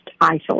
isolate